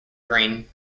green